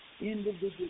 individual